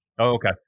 okay